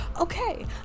Okay